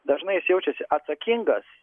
dažnai jis jaučiasi atsakingas